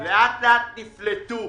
לאט-לאט נפלטו